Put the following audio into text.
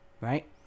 right